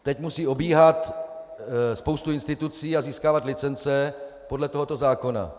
Teď musí obíhat spoustu institucí a získávat licence podle tohoto zákona.